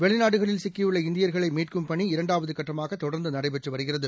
வெளிநாடுகளில் சிக்கியுள்ள இந்தியர்களைமீட்கும் பணி இரண்டாவதுகட்டமாகதொடர்ந்துநடைபெற்றுவருகிறது